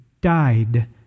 died